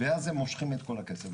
ואז הם מושכים את כל הכסף.